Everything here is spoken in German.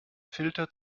filter